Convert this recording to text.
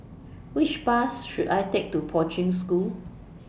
Which Bus should I Take to Poi Ching School